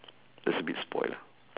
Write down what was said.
that's a bit spoilt lah